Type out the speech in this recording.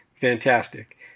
fantastic